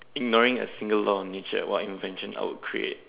ignoring a single law on nature what invention I would create